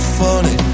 funny